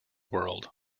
world